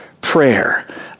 prayer